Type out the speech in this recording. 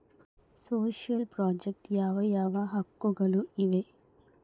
Social project ಯಾವ ಯಾವ ಹಕ್ಕುಗಳು ಇವೆ?